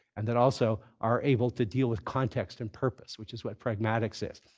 and that also are able to deal with context and purpose, which is what pragmatics is.